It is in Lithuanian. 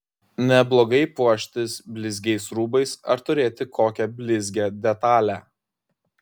neblogai puoštis blizgiais rūbais ar turėti kokią blizgią detalę